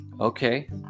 Okay